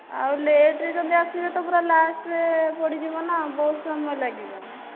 ଆଉ ଲେଟ୍ରେ ଯଦି ଆସିବେ ତ ପୁରା ଲାଷ୍ଟରେ ପଡ଼ିଯିବ ନା ବହୁତ ସମୟ ଲାଗିବ